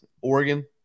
Oregon